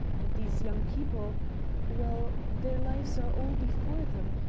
and these young people well, their lives are all before them,